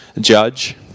judge